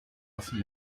offen